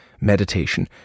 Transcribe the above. meditation